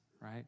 right